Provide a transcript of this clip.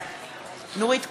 בעד נורית קורן,